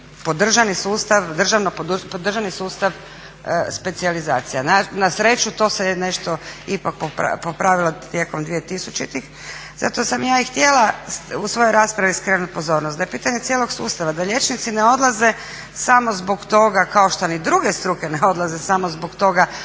podržani državni sustav specijalizacija. Na sreću to se je nešto ipak popravilo tijekom 2000.tih. Zato sam ja i htjela u svojoj raspravi skrenuti pozornost da je pitanje cijelog sustava da liječnici ne odlaze samo zbog toga kao što ni druge struke ne odlaze samo zbog toga